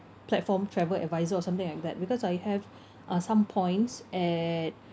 platform travel advisor or something like that because I have uh some points at